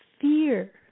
fear